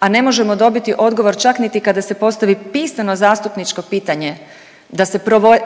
a ne možemo dobiti odgovor čak niti kada se postavi pisano zastupničko pitanje da se